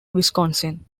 wisconsin